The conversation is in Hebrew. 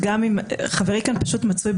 יש חובת